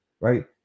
right